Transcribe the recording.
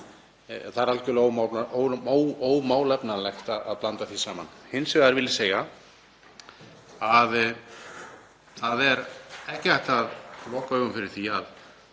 Það er algjörlega ómálefnalegt að blanda því saman. Hins vegar vil ég segja að það er ekki hægt að loka augunum fyrir því að